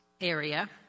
area